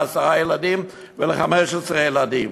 לעשרה ילדים ול-15 ילדים,